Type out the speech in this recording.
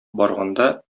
барганда